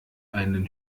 einen